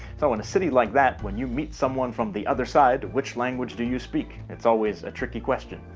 so, in a city like that, when you meet someone from the other side, which language do you speak? it's always a tricky question.